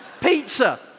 Pizza